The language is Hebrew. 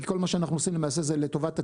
כי כל מה שאנחנו עושים למעשה זה לטובת הציבור.